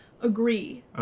Agree